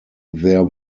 there